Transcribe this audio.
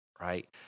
right